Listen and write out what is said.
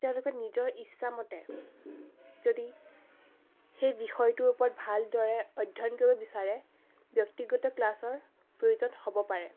তেওঁলোকে নিজৰ ইচ্ছা মতে যদি সেই বিষয়টোৰ ওপৰত ভালদৰে অধ্যয়ন কৰিব বিচাৰে ব্যক্তিগত ক্লাছৰ প্ৰয়োজন হ'ব পাৰে